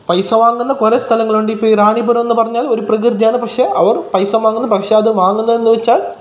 പൈസ വാങ്ങുന്ന കുറെ സ്ഥലങ്ങളുണ്ട് ഇപ്പം ഈ റാണീപുരം എന്നു പറഞ്ഞാൽ ഒരു പ്രകൃതിയാണ് പക്ഷേ അവർ പൈസ വാങ്ങുന്നു പക്ഷേ അത് വാങ്ങുന്നതെന്ന് വെച്ചാൽ